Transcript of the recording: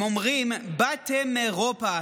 הם אומרים: באתם מאירופה,